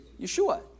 Yeshua